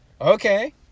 Okay